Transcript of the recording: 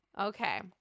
Okay